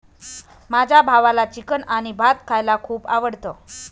माझ्या भावाला चिकन आणि भात खायला खूप आवडतं